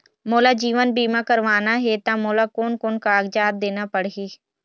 मोला जीवन बीमा करवाना हे ता मोला कोन कोन कागजात देना पड़ही?